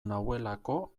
nauelako